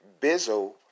Bizzle